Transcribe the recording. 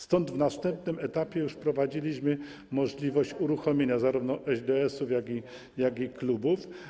Stąd na następnym etapie już wprowadziliśmy możliwość uruchomienia zarówno ŚDS-ów, jak i klubów.